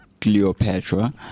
Cleopatra